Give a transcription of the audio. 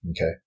okay